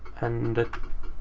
and, ah